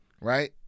right